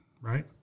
right